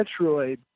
Metroid